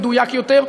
מדויק יותר,